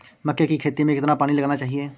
मक्के की खेती में कितना पानी लगाना चाहिए?